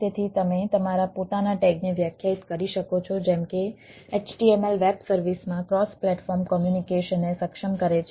તેથી XML tag ને સક્ષમ કરે છે